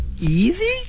Easy